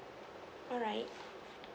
alright